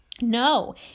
no